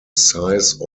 size